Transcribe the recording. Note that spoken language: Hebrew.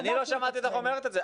אני לא שמעתי אותך אומרת את זה.